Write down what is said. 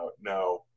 No